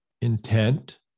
intent